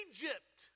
Egypt